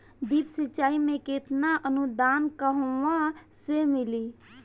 Drip सिंचाई मे केतना अनुदान कहवा से मिली?